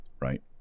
right